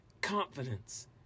confidence